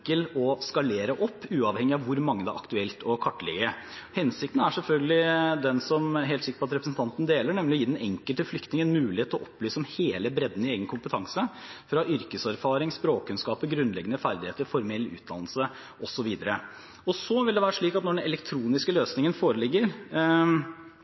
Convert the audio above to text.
å skalere opp, uavhengig av hvor mange det er aktuelt å kartlegge. Hensikten er selvfølgelig den som jeg er helt sikker på at representanten deler, nemlig å gi den enkelte flyktning en mulighet til å opplyse om hele bredden i egen kompetanse, fra yrkeserfaring, språkkunnskaper, grunnleggende ferdigheter til formell utdannelse osv. Og så vil det være slik at når den elektroniske